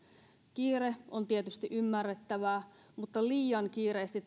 kiire on tietysti ymmärrettävää mutta liian kiireesti